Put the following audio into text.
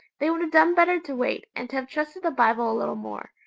they would have done better to wait, and to have trusted the bible a little more.